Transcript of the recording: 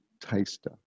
taster